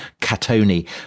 catoni